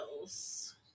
else